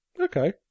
Okay